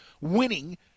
winning